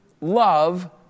love